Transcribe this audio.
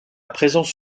présence